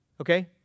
Okay